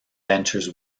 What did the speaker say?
ventures